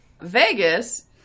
Vegas